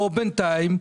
בינתיים,